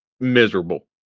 miserable